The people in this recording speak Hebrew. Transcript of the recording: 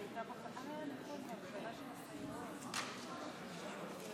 והיא תעבור חזרה לוועדה המשותפת לוועדת הכנסת